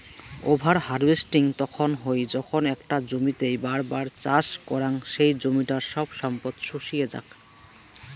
over harvesting তখন হই যখন একটা জমিতেই বার বার চাষ করাং সেই জমিটার সব সম্পদ শুষিয়ে যাক